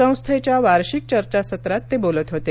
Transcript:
संस्थेच्या वार्षिक चर्चासत्रात ते बोलत होते